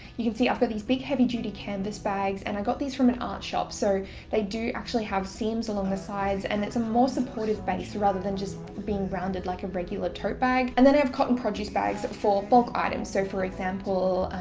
you can see, i've got these big, heavy-duty canvas bags, and i got these from an art shop. so they do actually have seams along the sides, and it's a more supportive base rather than just being branded like a regular tote bag. and then i have cotton produce bags for bulk items so for example,